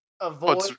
avoid